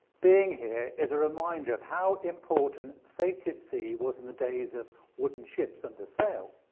being here is a reminder of how important safety at sea was in the days of wooden ships under sail.